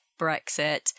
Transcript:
Brexit